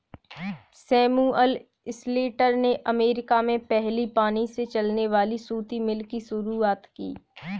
Samuel Slater ने America में पहली पानी से चलने वाली सूती मिल की शुरुआत की